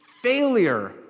failure